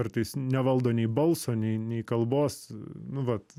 kartais nevaldo nei balso nei nei kalbos nu vat